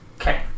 Okay